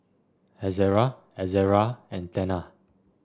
Ezerra Ezerra and Tena